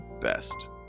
best